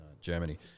Germany